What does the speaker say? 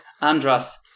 Andras